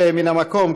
זה מן המקום,